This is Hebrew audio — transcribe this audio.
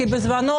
כי בזמנו,